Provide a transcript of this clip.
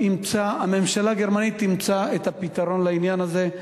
הממשלה הגרמנית אימצה את הפתרון לעניין הזה.